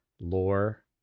lore